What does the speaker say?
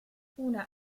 una